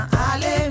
ale